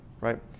right